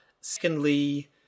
Secondly